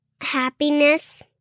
happiness